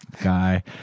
Guy